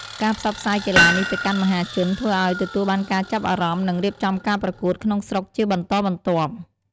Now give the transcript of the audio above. ការផ្សព្វផ្សាយកីឡានេះទៅកាន់មហាជន ធ្វើឲ្យទទួលបានការចាប់អារម្មណ៍ និងរៀបចំការប្រកួតក្នុងស្រុកជាបន្តបន្ទាប់។